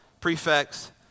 prefects